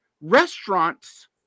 restaurants